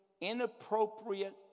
inappropriate